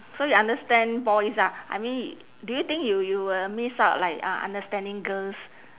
so you understand boys ah I mean do you think you you will miss out like uh understanding girls